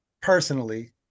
personally